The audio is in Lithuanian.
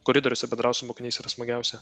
koridoriuose bendraut su mokiniais yra smagiausia